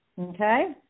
Okay